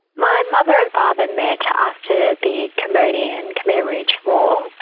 my mother and father met after the cambodian-khmer rouge war,